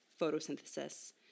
photosynthesis